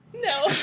No